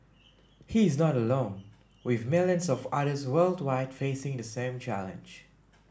he is not alone with millions of others worldwide facing the same challenge